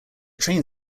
train